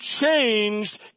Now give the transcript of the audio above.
changed